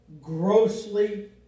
grossly